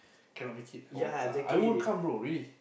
cannot make it I won't come I won't come bro really